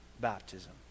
baptism